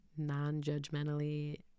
non-judgmentally